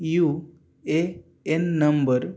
U A N number